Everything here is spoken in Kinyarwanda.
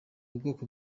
ubwoko